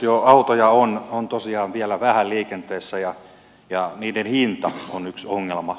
näitä autoja on tosiaan vielä vähän liikenteessä ja niiden hinta on yksi ongelma